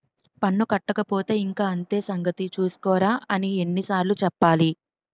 పన్ను కట్టకపోతే ఇంక అంతే సంగతి చూస్కోరా అని ఎన్ని సార్లు చెప్పాలి